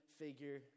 figure